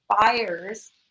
Buyers